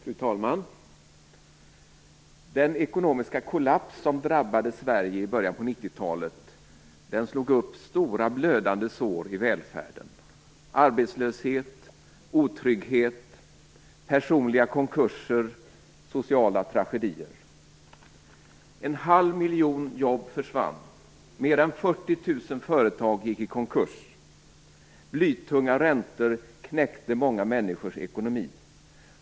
Fru talman! Den ekonomiska kollaps som drabbade Sverige i början av 90-talet slog upp stora blödande sår i välfärden: arbetslöshet, otrygghet, personliga konkurser och sociala tragedier. 0,5 miljoner jobb försvann. Mer än 40 000 företag gick i konkurs. Blytunga räntor knäckte många människors ekonomi.